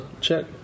check